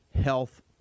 health